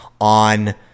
on